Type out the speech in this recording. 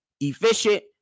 efficient